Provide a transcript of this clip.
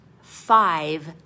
five